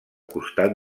costat